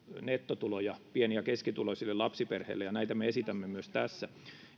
nettotuloja pieni ja keskituloisille lapsiperheille ja näitä me esitämme myös tässä